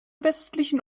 westlichen